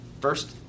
first